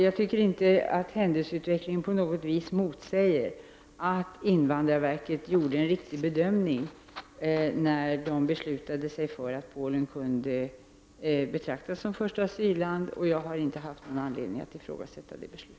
Jag tycker inte att händelseutvecklingen på något vis motsäger att invandrarverket gjorde en riktig bedömning när det beslutade att Polen kunde betraktas som första-asyl-land. Jag har inte haft någon anledning att ifrågasätta detta beslut.